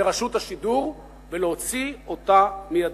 ברשות השידור ולהוציא אותה מידיה.